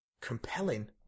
compelling